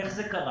איך זה קרה.